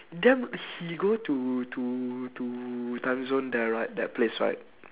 then he go to to to timezone there right that place right